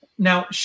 Now